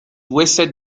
wasted